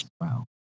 wow